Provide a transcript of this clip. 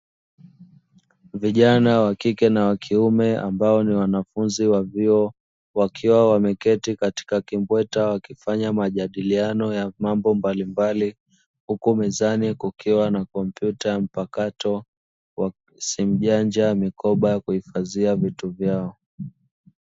Vijana wa kike na wa kiume ambao ni wanafunzi wa vyuo, wakiwa wameketi katika kimbweta wakifanya majadiliano ya mambo mbalimbali, huku mezani kukiwa na kompyuta mpakato, simu janja, mikoba ya kuhifadhia vitu vyao.